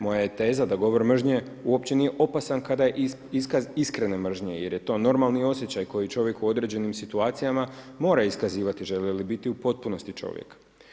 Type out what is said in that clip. Moja je teza da govor mržnje uopće nije opasan kada je iskaz iskrene mržnje, jer je to normalni osjećaj koji čovjek u određenim situacijama mora iskazivati želi li biti u potpunosti čovjek.